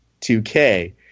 2K